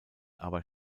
aber